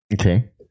Okay